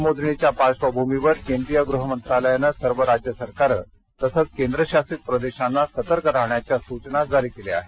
मतमोजणीच्या पार्श्वभूमीवर केंद्रीय गृह मंत्रालयानं सर्व राज्य सरकारं तसंच केंद्रशासित प्रदेशांना सतर्क राहण्याच्या सूचना जारी केल्या आहेत